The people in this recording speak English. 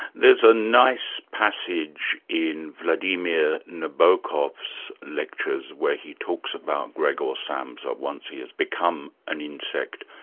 there's a nice passage in vladimir nabokov's lectures where he talks about gregor samsa once he has become an insect,